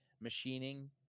machining